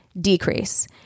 decrease